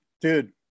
dude